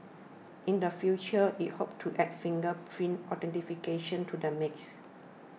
in the future it hopes to add fingerprint authentication to the mix